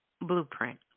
blueprint